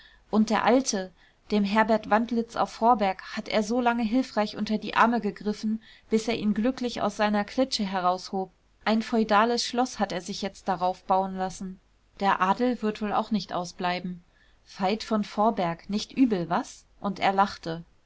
und der alte dem herbert wandlitz auf vorberg hat er so lange hilfreich unter die arme gegriffen bis er ihn glücklich aus seiner klitsche heraushob ein feudales schloß hat er sich jetzt darauf bauen lassen der adel wird wohl auch nicht ausbleiben veit von vorberg nicht übel was und er lachte